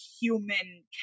human